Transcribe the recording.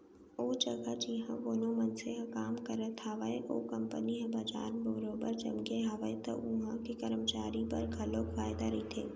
ओ जघा जिहाँ कोनो मनसे ह काम करत हावय ओ कंपनी ह बजार म बरोबर जमगे हावय त उहां के करमचारी बर घलोक फायदा रहिथे